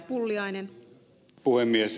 herra puhemies